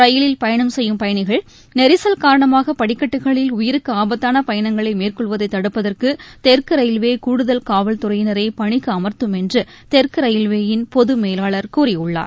ரயிலில் செய்யும் பயணிகள் நெரிசல் காரணமாகபடிக்கட்டுகளில் உயிருக்குஆபத்தானபயணங்களைமேற்கொள்வதைதடுப்பதற்குதெற்குரயில்வேகூடுதல் காவல்துறையினரைபணிக்குஅமர்த்தும் என்றுதெற்குரயில்வேயின் பொதுமேலாளர் கூறியுள்ளார்